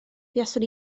buaswn